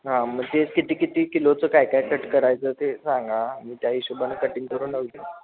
हां मग ते किती किती किलोचं काय काय कट करायचं ते सांगा त्या हिशोबानं कटिंग करून लाव